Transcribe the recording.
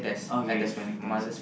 okay spelling test